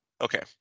Okay